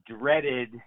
dreaded